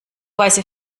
weiße